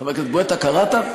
חבר הכנסת גואטה, קראת?